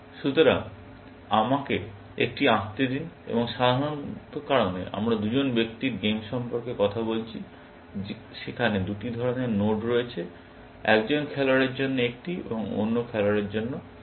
সুতরাং আমাকে একটি আঁকতে দিন এবং সাধারণত কারণ আমরা দুজন ব্যক্তির গেম সম্পর্কে কথা বলছি সেখানে দুটি ধরণের নোড রয়েছে একজন খেলোয়াড়ের জন্য একটি এবং অন্য খেলোয়াড়ের জন্য অন্য ধরনের একটি নোড